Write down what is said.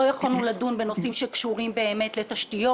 לא יכולנו לדון בנושאים שקשורים לתשתיות,